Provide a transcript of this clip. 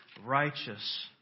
righteous